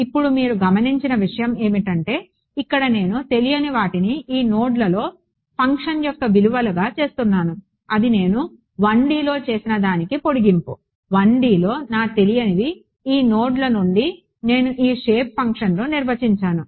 ఇప్పుడు మీరు గమనించిన విషయం ఏమిటంటే ఇక్కడ నేను తెలియని వాటిని ఈ నోడ్లలో ఫంక్షన్ యొక్క విలువలుగా చేస్తున్నాను అది నేను 1Dలో చేసిన దానికి పొడిగింపు 1Dలో నా తెలియనివి ఈ నోడ్ల నుండి నేను ఈ షేప్ ఫంక్షన్లు నిర్వచించాను